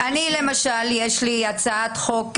לי למשל יש הצעת חוק,